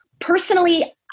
personally